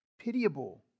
pitiable